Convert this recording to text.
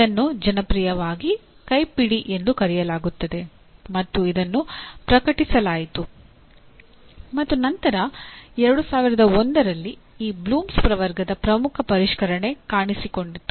ಇದನ್ನು ಜನಪ್ರಿಯವಾಗಿ ಕೈಪಿಡಿ ಎಂದು ಕರೆಯಲಾಗುತ್ತದೆ ಮತ್ತು ಇದನ್ನು ಪ್ರಕಟಿಸಲಾಯಿತು ಮತ್ತು ನಂತರ 2001ರಲ್ಲಿ ಈ ಬ್ಲೂಮ್ಸ್ ಪ್ರವರ್ಗದ ಪ್ರಮುಖ ಪರಿಷ್ಕರಣೆ ಕಾಣಿಸಿಕೊಂಡಿತು